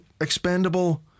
expendable